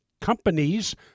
companies